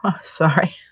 sorry